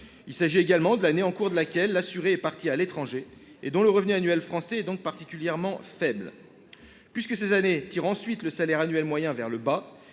s'agir également de l'année au cours de laquelle l'assuré est parti à l'étranger, et pour laquelle le revenu annuel français est donc particulièrement faible. Puisque ces années tirent ensuite le salaire annuel moyen vers le bas,